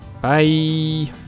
Bye